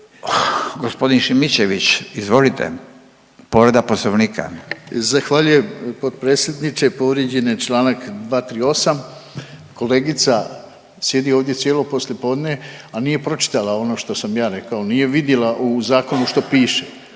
Gospodin Šimičević izvolite, povreda poslovnika. **Šimičević, Rade (HDZ)** Zahvaljujem potpredsjedniče. Povrijeđen je čl. 238., kolegica sjedi ovdje cijelo poslijepodne, a nije pročitala ono što sam ja rekao, nije vidjela u zakonu što piše.